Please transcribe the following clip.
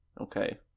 Okay